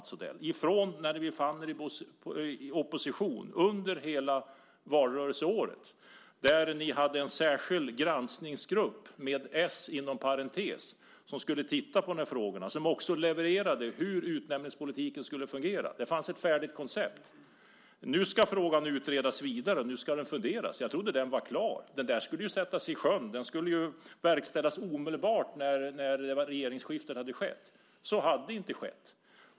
När ni befann er i opposition och under hela valrörelseåret hade ni en särskild granskningsgrupp med s som skulle titta på de här frågorna. Man levererade också hur utnämningspolitiken skulle fungera. Det fanns ett färdigt koncept. Nu ska frågan utredas vidare, och nu ska det funderas. Jag trodde att den var klar. Det skulle ju sättas i sjön och verkställas omedelbart när regeringsskiftet hade skett. Det har inte skett.